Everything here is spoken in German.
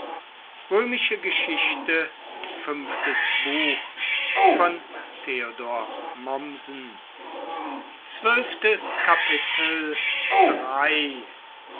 römische geschichte in